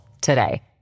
today